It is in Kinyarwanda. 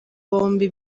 bombi